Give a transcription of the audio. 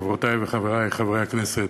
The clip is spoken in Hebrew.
חברותי וחברי חברי הכנסת,